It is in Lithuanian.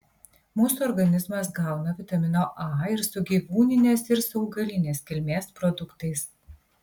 mūsų organizmas gauna vitamino a ir su gyvūninės ir su augalinės kilmės produktais